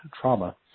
trauma